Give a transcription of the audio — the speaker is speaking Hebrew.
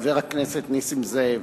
חבר הכנסת נסים זאב: